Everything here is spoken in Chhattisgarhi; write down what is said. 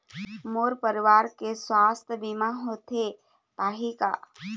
मोर परवार के सुवास्थ बीमा होथे पाही का?